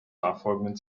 nachfolgenden